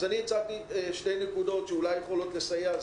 אז אני הצעתי שתי נקודות שאולי יכולות לסייע,